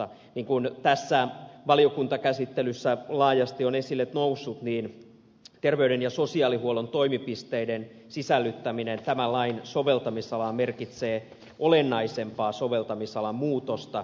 niin kuin tässä valiokuntakäsittelyssä laajasti on esille noussut terveyden ja sosiaalihuollon toimipisteiden sisällyttäminen tämän lain soveltamisalaan merkitsee olennaisempaa soveltamisalan muutosta